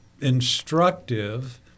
instructive